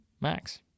Max